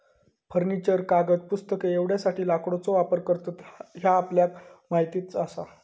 furniture, कागद, पुस्तके एवढ्यासाठी लाकडाचो वापर करतत ह्या आपल्याक माहीतच आसा